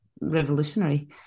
revolutionary